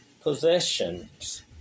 possessions